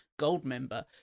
Goldmember